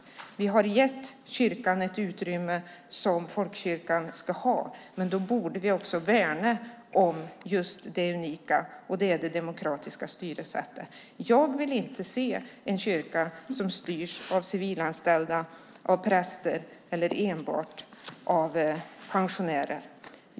Vi har gett kyrkan ett utrymme som folkkyrkan ska ha, men då borde vi också värna om just det unika, och det är det demokratiska styrsättet. Jag vill inte se en kyrka som styrs av civilanställda, av präster eller enbart av pensionärer.